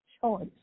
choice